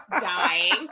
dying